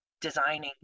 designing